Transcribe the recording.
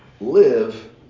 live